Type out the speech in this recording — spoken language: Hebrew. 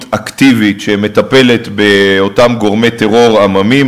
אקטיבית שמטפלת באותם גורמי טרור עממי,